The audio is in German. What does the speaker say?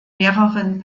mehreren